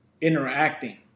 interacting